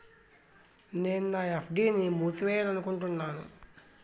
నేను నా ఎఫ్.డి ని మూసివేయాలనుకుంటున్నాను